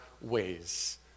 ways